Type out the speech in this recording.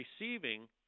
receiving